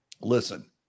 Listen